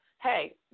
hey